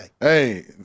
Hey